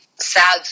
sad